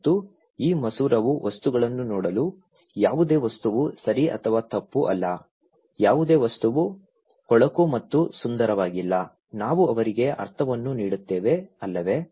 ಮತ್ತು ಈ ಮಸೂರವು ವಸ್ತುಗಳನ್ನು ನೋಡಲು ಯಾವುದೇ ವಸ್ತುವು ಸರಿ ಅಥವಾ ತಪ್ಪು ಅಲ್ಲ ಯಾವುದೇ ವಸ್ತುವು ಕೊಳಕು ಮತ್ತು ಸುಂದರವಾಗಿಲ್ಲ ನಾವು ಅವರಿಗೆ ಅರ್ಥವನ್ನು ನೀಡುತ್ತೇವೆ ಅಲ್ಲವೇ